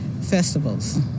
Festivals